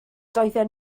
doedden